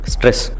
Stress